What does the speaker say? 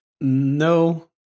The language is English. No